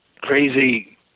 crazy